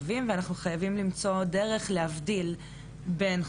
אחת מהפעילויות שלנו בנושא זה באמת חינוך.